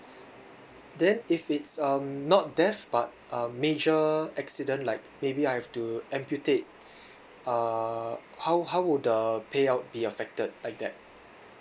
then if it's um not death but um major accident like maybe I have to amputate uh how how would the payout be affected like that